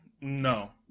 No